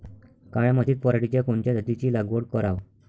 काळ्या मातीत पराटीच्या कोनच्या जातीची लागवड कराव?